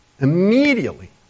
Immediately